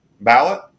ballot